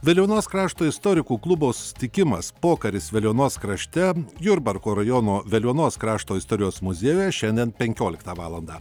veliuonos krašto istorikų klubo susitikimas pokaris veliuonos krašte jurbarko rajono veliuonos krašto istorijos muziejuje šiandien penkioliktą valandą